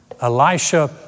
Elisha